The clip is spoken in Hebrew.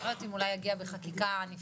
אני לא יודעת אם הוא יגיע בחקיקה נפרדת,